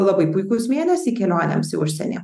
labai puikūs mėnesiai kelionėms į užsienį